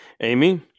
Amy